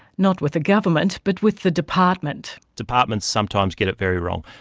not with the government but with the department. departments sometimes get it very wrong.